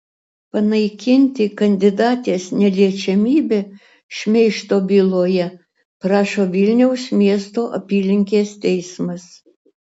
panaikinti kandidatės neliečiamybę šmeižto byloje prašo vilniaus miesto apylinkės teismas